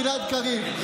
גלעד קריב.